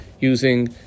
using